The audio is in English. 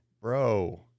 bro